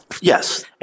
Yes